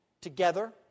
together